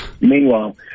Meanwhile